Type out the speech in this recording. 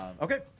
Okay